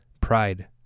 pride